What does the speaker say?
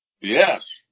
Yes